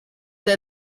der